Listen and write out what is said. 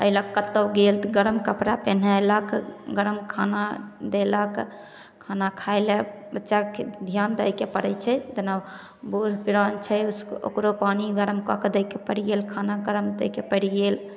एहि लए कत्तौ गेल तऽ गरम कपड़ा पेन्हयलक गरम खाना देलक खाना खाय लए बच्चाके ध्यान दैके पड़ै छै जेना बूढ़ पुरान छै ओकरो पानि गरम कऽ कए दैके पड़ि गेल खाना गरम करैके पड़ि गेल